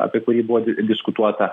apie kurį buvo diskutuota